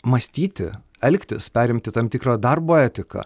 mąstyti elgtis perimti tam tikrą darbo etiką